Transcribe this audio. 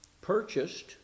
Purchased